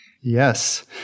yes